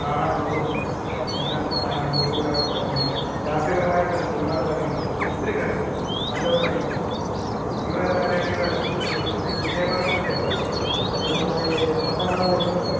കാണാനുള്ളതും എല്ലാം അതിനകത്ത് ന്യൂസ്പരമായിട്ടുണ്ട് പിന്നെ രാഷ്ട്രീയപരമായിട്ട് ഒരുപാട് കാര്യങ്ങൾ ഒത്തിരി കാര്യങ്ങൾ നല്ലപോലെയറിയാന് പറ്റുന്നുണ്ട് ഇവരെ തന്നെ ഇടയിൽ പിള്ള വിദ്യാഭ്യാസത്തിന്റെ എന്താ പറയുക പത്താം ക്ലാസ് പരീക്ഷയുടെ തന്നെ